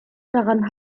daran